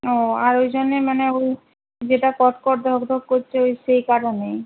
ও আর ওই জন্যেই মানে ওই যেটা কটকট ধকধক করছে ওই সেই কারণেই